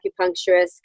acupuncturist